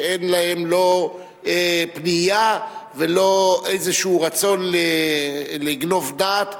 שאין להם לא פנייה ולא איזה רצון לגנוב דעת,